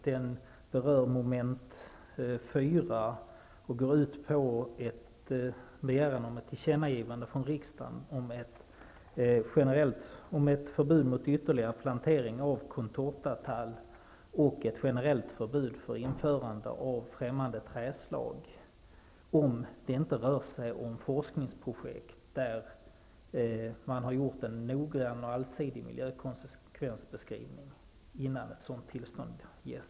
Den berör mom. 4 och går ut på en begäran från riksdagen om ett tillkännagivande om ett förbud mot ytterligare plantering av contortatall och ett generellt förbud mot införande av främmande trädslag, om det inte rör sig om forskningsprojekt där man gjort en noggrann och allsidig miljökonsekvensbeskrivning innan ett sådant tillstånd ges.